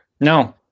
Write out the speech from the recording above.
No